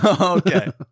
Okay